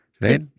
right